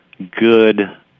good